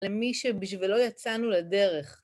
למי שבשבילו יצאנו לדרך.